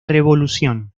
revolución